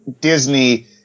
Disney